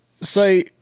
say